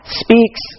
speaks